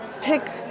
pick